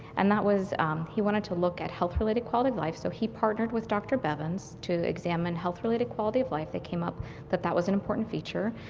and that was he wanted to look at health related quality of life, so he partnered with dr. bevans to examine health related quality of life, it came up that that was an important feature,